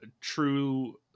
true